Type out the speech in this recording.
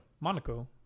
Monaco